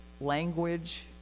language